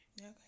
Okay